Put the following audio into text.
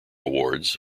awards